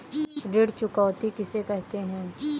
ऋण चुकौती किसे कहते हैं?